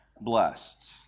blessed